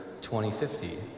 2050